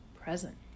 present